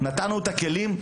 נתנו את הכלים,